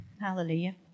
Hallelujah